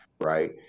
right